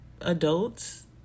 adults